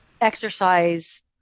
exercise